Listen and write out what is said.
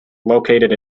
located